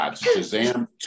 Shazam